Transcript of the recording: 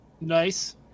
nice